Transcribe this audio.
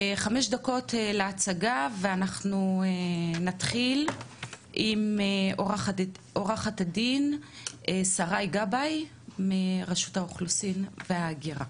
5 דקות להצגה ואנחנו נתחיל עם עו"ד שריי גבאי מרשות האוכלוסין וההגירה.